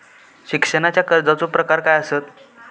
शिक्षणाच्या कर्जाचो प्रकार काय आसत?